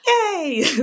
yay